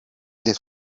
this